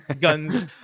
guns